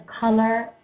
color